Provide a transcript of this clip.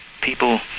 people